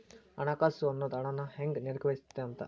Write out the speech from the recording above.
ಹಣಕಾಸು ಅನ್ನೋದ್ ಹಣನ ಹೆಂಗ ನಿರ್ವಹಿಸ್ತಿ ಅಂತ